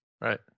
Right